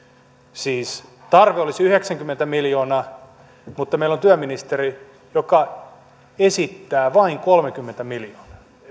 siis tarve olisi yhdeksänkymmentä miljoonaa mutta meillä on työministeri joka esittää vain kolmekymmentä miljoonaa